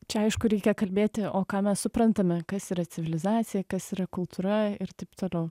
čia aišku reikia kalbėti o ką mes suprantame kas yra civilizacija kas yra kultūra ir taip toliau